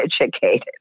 educated